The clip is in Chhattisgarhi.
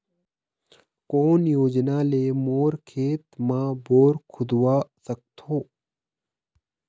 कोन योजना ले मोर खेत मा बोर खुदवा सकथों?